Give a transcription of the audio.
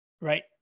Right